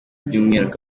by’umwihariko